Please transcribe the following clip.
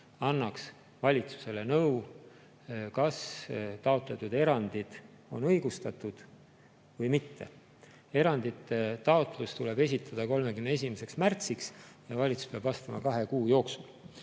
annaks valitsusele nõu, kas taotletud erandid on õigustatud või mitte. Erandite taotlus tuleb esitada 31. märtsiks 2024 ja valitsus peab vastama kahe kuu jooksul.